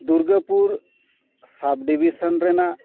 Durgapur sub division ᱨᱮᱱᱟᱜ